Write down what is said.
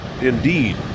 indeed